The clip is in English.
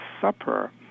Supper